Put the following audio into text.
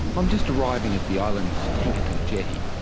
i'm just arriving at the island's tankerton jetty,